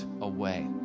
away